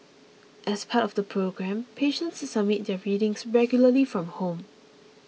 as part of the program patients submit their readings regularly from home